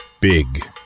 Big